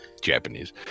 Japanese